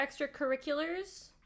extracurriculars